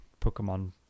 Pokemon